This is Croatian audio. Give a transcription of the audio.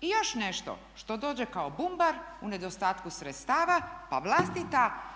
I još nešto što dođe kao bumbar u nedostatku sredstava pa vlastita